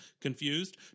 Confused